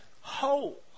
whole